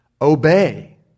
Obey